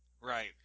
Right